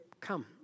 come